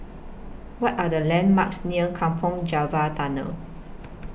What Are The landmarks near Kampong Java Tunnel